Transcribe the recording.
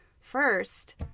first